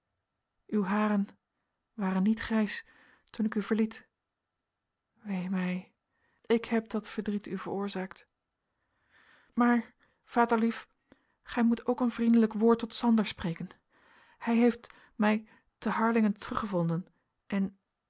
uw haren waren niet grijs toen ik u verliet wee mij ik heb dat verdriet u veroorzaakt maar vaderlief gij moet ook een vriendelijk woord tot sander spreken hij heeft mij te harlingen teruggevonden en